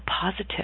positive